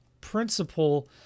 principle